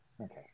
Okay